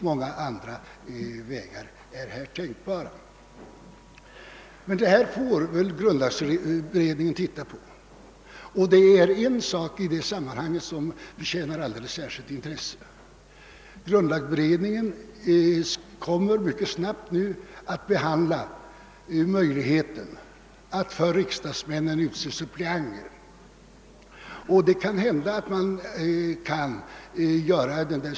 — Detta är en av många tänkbara vägar. Grundlagberedningen får emellertid närmare undersöka saken. En fråga förtjänar i sammanhanget särskilt intresse, och jag skall säga några ord om den. Grundlagberedningen kommer nu mycket snabbt att behandla möjligheten att utse suppleanter för riksdagsmännen.